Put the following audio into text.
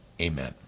amen